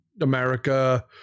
America